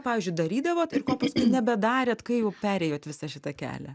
pavyzdžiui darydavot ir ko paskui nebedarėt kai jau perėjot visą šitą kelią